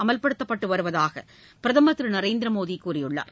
அமல்படுத்தப்பட்டு வருவதாக பிரதம் திரு நரேந்திர மோடி கூறியுள்ளார்